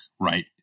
right